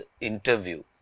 interview